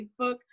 Facebook